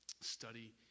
study